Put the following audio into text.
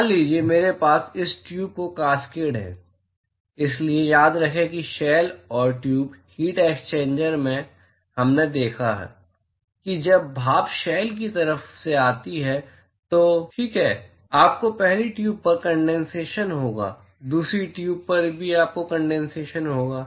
मान लीजिए मेरे पास इस ट्यूब का कैस्केड है इसलिए याद रखें कि शेल और ट्यूब हीट एक्सचेंजर में हमने देखा कि जब भाप शेल की तरफ से आती है तो ठीक है आपको पहली ट्यूब पर कंडेनसेशन होगा दूसरी ट्यूब पर भी आपको कंडेनसेशन होगा